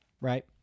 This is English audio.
Right